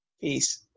Peace